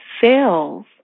sales